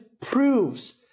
proves